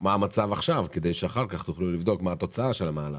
מה המצב עכשיו כדי שאחר כך תוכלו לבדוק מה התוצאה של המהלך.